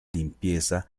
limpieza